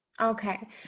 okay